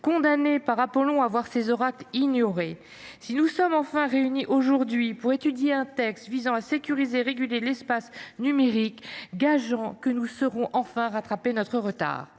condamnée par Apollon à voir ses oracles ignorés… Si nous sommes enfin réunis aujourd’hui pour étudier un texte visant à sécuriser et réguler l’espace numérique, gageons que nous saurons enfin rattraper notre retard.